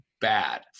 bad